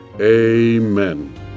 amen